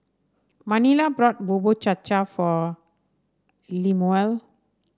Manilla bought Bubur Cha Cha for Lemuel